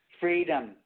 freedom